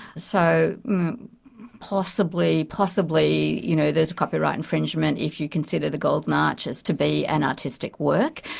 so possibly possibly you know there's a copyright infringement if you consider the golden arches to be an artistic work.